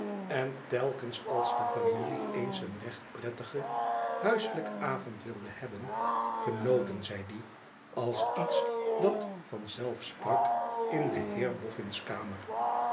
en telkens als de familie eens een recht prettigen huiselijken avond wilde hebben genoten zij dien als iets dat van zelf sprak in den heerbofïin s kamer